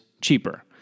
cheaper